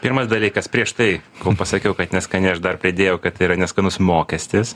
pirmas dalykas prieš tai kol pasakiau kad neskani aš dar pridėjau kad tai yra neskanus mokestis